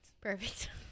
Perfect